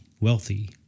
wealthy